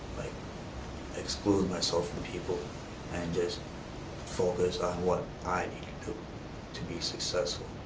like exclude myself from people and just focus on what i need to do to be successful.